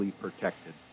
protected